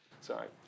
Sorry